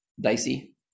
dicey